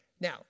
Now